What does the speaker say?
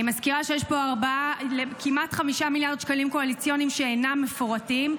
אני מזכירה שיש פה כמעט 5 מיליארד שקלים קואליציוניים שאינם מפורטים.